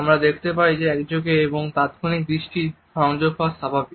আমরা দেখতে পাই যে একযোগে এবং তাৎক্ষণিক দৃষ্টি সংযোগ হওয়া স্বাভাবিক